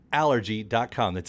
allergy.com